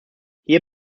hier